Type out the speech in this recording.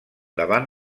davant